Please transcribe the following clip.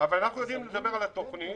ואנחנו יודעים לדבר על התוכנית.